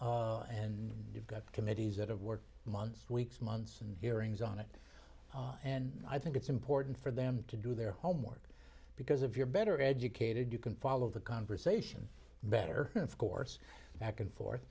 and you've got committees that have worked months weeks months and hearings on it and i think it's important for them to do their homework because of you're better educated you can follow the conversation better of course back and forth